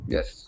Yes